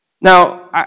Now